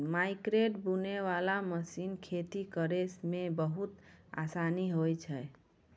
मकैइ बुनै बाला मशीन खेती करै मे बहुत आसानी होय छै